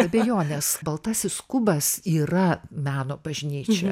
abejonės baltasis kubas yra meno bažnyčia